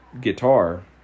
guitar